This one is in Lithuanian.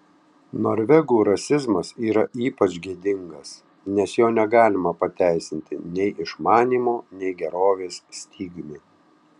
norvegų rasizmas yra ypač gėdingas nes jo negalima pateisinti nei išmanymo nei gerovės stygiumi